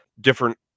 different